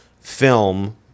film